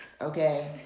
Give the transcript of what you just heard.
Okay